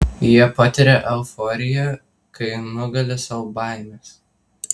jie patiria euforiją kai nugali savo baimes